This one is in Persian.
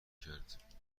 کرد